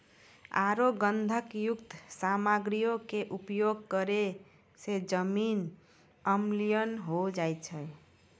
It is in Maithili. आरु गंधकयुक्त सामग्रीयो के उपयोग करै से जमीन अम्लीय होय जाय छै